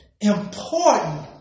important